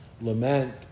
lament